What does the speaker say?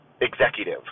executive